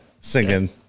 Singing